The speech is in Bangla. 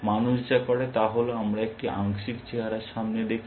মানুষ যা করে তা হল আমরা একটি আংশিক চেহারা সামনে দেখি